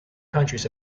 countries